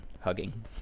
hugging